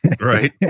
Right